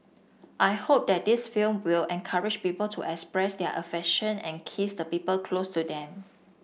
I hope that this film will encourage people to express their affection and kiss the people close to them